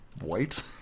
white